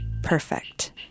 Perfect